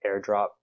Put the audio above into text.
airdrop